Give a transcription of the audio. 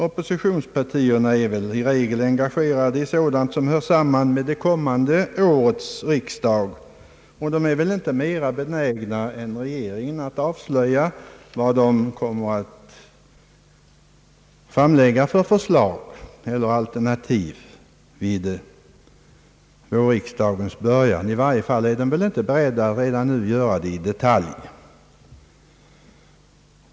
OPppositionspartierna är väl i regel engagerade i sådant som hör samman med det kommande årets riksdag, och de är väl inte mera benägna än regeringen att avslöja vilka förslag eller alternativ de kommer att framlägga vid vårriksdagens början. I varje fall är de väl inte beredda att redan nu göra det i detalj.